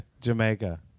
jamaica